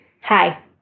Hi